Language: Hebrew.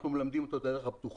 אנחנו מלמדים אותו את הדרך הבטוחה.